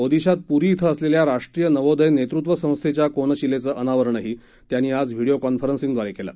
ओदिशात पूरी इथं असलेल्या राष्ट्रीय नवोदय नेतृत्व संस्थेच्या कोनशिलेचं अनावरणही त्यांनी आज व्हिडिओ कॉन्फरन्सिंगद्वारे केलं